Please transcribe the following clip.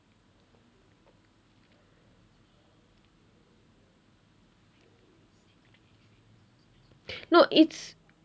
no it's